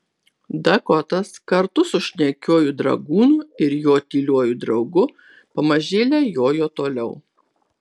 dakotas kartu su šnekiuoju dragūnu ir jo tyliuoju draugu pamažėle jojo toliau